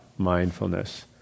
Mindfulness